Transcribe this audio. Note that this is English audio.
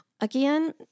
again